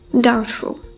doubtful